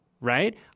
right